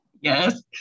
Yes